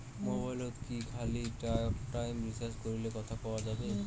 মোবাইলত কি খালি টকটাইম রিচার্জ করিলে কথা কয়া যাবে?